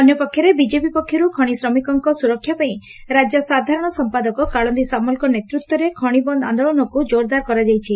ଅନ୍ୟ ପକ୍ଷରେ ବିଜେପି ପକ୍ଷରୁ ଖଶି ଶ୍ରମିକଙ୍କ ସୁରକ୍ଷା ପାଇଁ ରାଜ୍ୟ ସାଧାରଣ ସମ୍ମାଦକ କାଳନ୍ଦୀ ସାମଲଙ୍କ ନେତୂତ୍ୱରେ ଖଶି ବନ୍ଦ ଆନ୍ଦୋଳନକୁ ଜୋରଦାର କରାଯାଇଛି